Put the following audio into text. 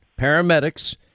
paramedics